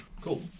Cool